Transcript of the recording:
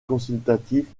consultatif